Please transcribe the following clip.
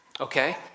okay